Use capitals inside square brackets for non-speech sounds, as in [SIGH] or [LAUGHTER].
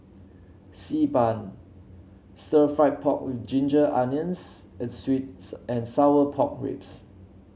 Xi Ban sir fry pork with Ginger Onions and sweet [UNINTELLIGIBLE] and Sour Pork Ribs